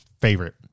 favorite